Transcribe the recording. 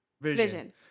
Vision